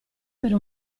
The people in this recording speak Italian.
per